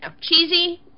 cheesy